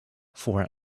for